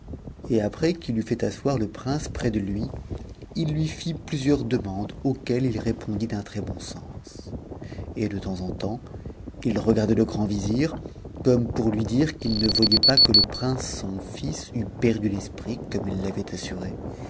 et après qu'il eut fait asseoir le prince près de lui il lui fit plusieurs demandes auxquelles il rémidit d'un très-bon sens et de temps en temps il regardait le grand vizir comme pour lui dire qu'il ne voyait pas que le prince son fils eût perdu t'psprit comme il l'avait assuré